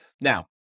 Now